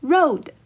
Road